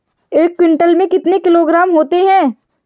एक क्विंटल में कितने किलोग्राम होते हैं?